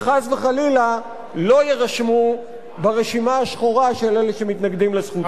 וחס וחלילה לא יירשמו ברשימה השחורה של אלה שמתנגדים לזכות הזאת.